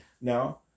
now